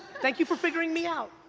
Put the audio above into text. thank you for figuring me out,